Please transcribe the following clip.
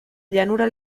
llanura